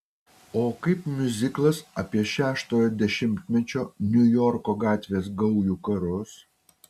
o kaip miuziklas apie šeštojo dešimtmečio niujorko gatvės gaujų karus